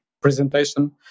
presentation